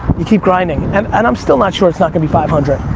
you keep grinding. and and i'm still not sure it's not gonna be five hundred.